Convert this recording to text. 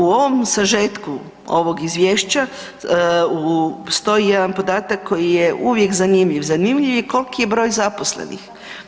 U ovom sažetku ovog izvješća, stoji jedan podatak koji je uvijek zanimljiv, zanimljiv je koliki je broj zaposlenih.